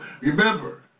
Remember